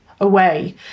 away